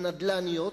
הנדל"ניות,